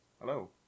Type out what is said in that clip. Hello